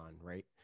right